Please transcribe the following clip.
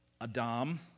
Adam